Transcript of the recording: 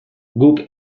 guk